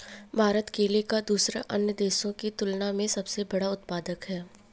भारत केले का दूसरे अन्य देशों की तुलना में सबसे बड़ा उत्पादक है